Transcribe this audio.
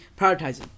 prioritizing